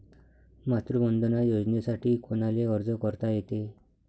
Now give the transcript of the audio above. मातृवंदना योजनेसाठी कोनाले अर्ज करता येते?